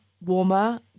warmer